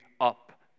up